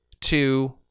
two